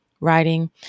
writing